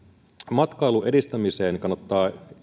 matkailun edistämiseen kannattaa